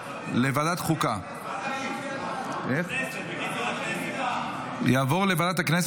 אושרה בקריאה הטרומית ותעבור לוועדת החוץ